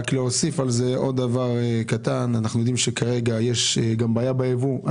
רק להוסיף על זה עוד דבר קטן אנו יודעים שכרגע יש בעיה בייבוא,